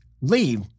leave